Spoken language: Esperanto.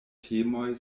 temoj